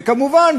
וכמובן,